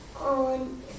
on